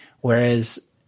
whereas